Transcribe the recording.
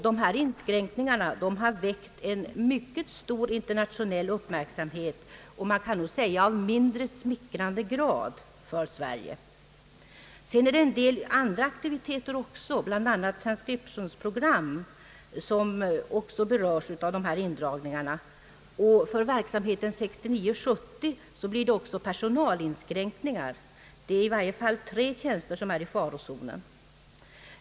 Dessa inskränkningar har väckt en mycket stor internationell uppmärksamhet, tyvärr av mindre smickrande art för Sverige. Vidare är det här fråga om en del andra aktiviteter, bl.a. transcriptionsprogram, som också berörs av dessa indragningar, och för verksamheten 1969/70 görs även vissa personalin skränkningar. Det är i varje fall tre tjänster som är i farozonen.